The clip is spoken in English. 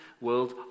world